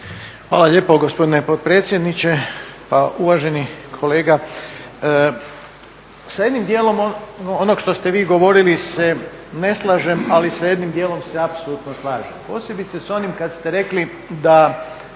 Hvala lijepo gospodine potpredsjedniče. Pa uvaženi kolega, sa jednim dijelom onog što ste vi govorili se ne slažem, ali sa jednim dijelom se apsolutno slažem posebice sa onim kad ste rekli da